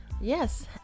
Yes